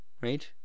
right